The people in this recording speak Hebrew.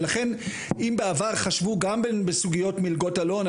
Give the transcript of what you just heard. ולכן אם בעבר חשבו גם בסוגיות מלגות אלון,